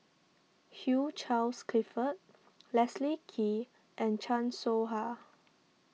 Hugh Charles Clifford Leslie Kee and Chan Soh Ha